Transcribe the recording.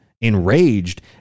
enraged